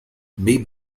may